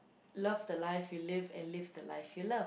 love the life you live and live the life you love